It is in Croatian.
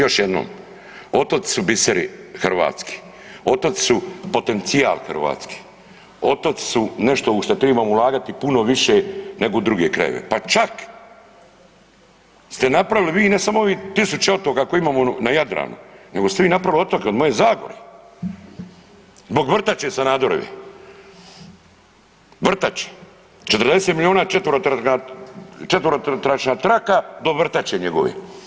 Još jednom, otoci su biseri Hrvatske, otoci su potencijal Hrvatske, otoci su nešto u šta tribamo ulagati puno više nego u druge krajeve, pa čak ste napravili vi ne samo ovi 1000 otoka koje imamo na Jadranu nego ste vi napravili otoke od moje zagore zbog vrtače Sanaderove, vrtače, 40 milijuna četverotračna traka do vrtače njegove.